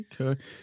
Okay